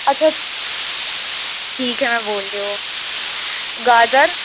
اچھا ٹھیک ہے میں بول رہی ہوں گاجر